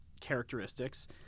characteristics